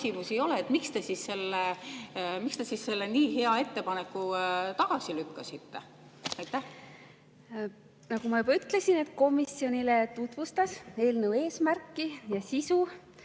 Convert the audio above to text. Küsimusi ei olnud. Miks te siis selle hea ettepaneku tagasi lükkasite? Nagu ma juba ütlesin, komisjonile tutvustas eelnõu eesmärki ja sisu